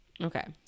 Okay